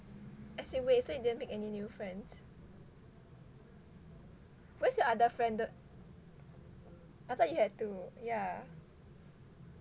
as in wait so didn't you make any new friends where is your other friend the I thought you had two yeah